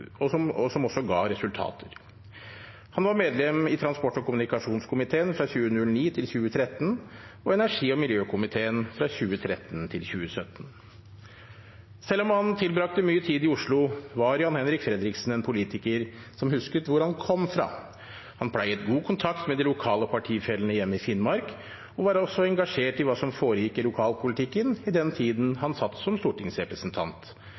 og som også ga resultater. Han var medlem i transport- og kommunikasjonskomiteen fra 2009 til 2013 og i energi- og miljøkomiteen fra 2013 til 2017. Selv om han tilbrakte mye tid i Oslo, var Jan-Henrik Fredriksen en politiker som husket hvor han kom fra. Han pleiet god kontakt med de lokale partifellene hjemme i Finnmark og var også engasjert i hva som foregikk i lokalpolitikken i den tiden han satt som stortingsrepresentant.